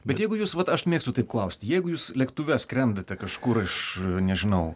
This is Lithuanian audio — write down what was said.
bet jeigu jūs vat aš mėgstu taip klaust jeigu jūs lėktuve skrendate kažkur aš nežinau